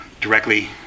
directly